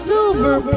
Silver